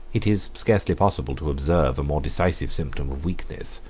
it is scarcely possible to observe a more decisive symptom of weakness,